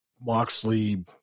Moxley